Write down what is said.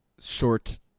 Short